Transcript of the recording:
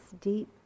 deep